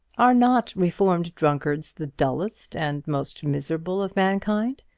are not reformed drunkards the dullest and most miserable of mankind?